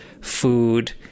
food